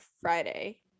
Friday